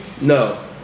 No